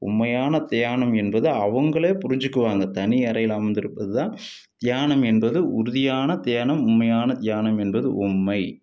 உண்மையான தியானம் என்பது அவங்களே புரிஞ்சிக்குவாங்க தனி அறையில் அமர்ந்திருப்பது தான் தியானம் என்பது உறுதியான தியானம் உண்மையான தியானம் என்பது உண்மை